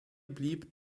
blieb